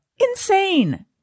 insane